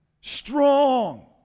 Strong